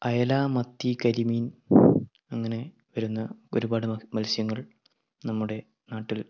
അയല മത്തി കരിമീൻ അങ്ങനെ വരുന്ന ഒരുപാട് മത്സ്യങ്ങൾ നമ്മുടെ നാട്ടിൽ